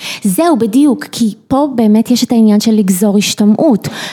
זהו בדיוק כי פה באמת יש את העניין של לגזור השתמעות